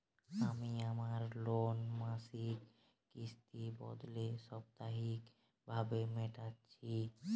আমি আমার লোন মাসিক কিস্তির বদলে সাপ্তাহিক ভাবে মেটাচ্ছি